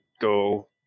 go